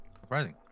Surprising